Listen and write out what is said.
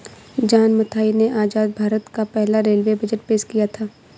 John Mathai ने आजाद भारत का पहला रेलवे बजट पेश किया था